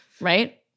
Right